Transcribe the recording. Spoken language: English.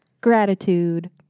gratitude